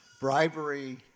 bribery